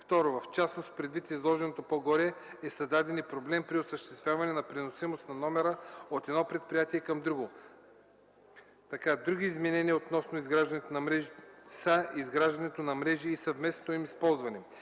Второ, в частност, предвид изложеното по-горе, е създаден и проблем при осъществяването на преносимост на номера от едно предприятие към друго. Други изменения са изграждането на мрежи и съвместното им ползване.